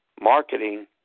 marketing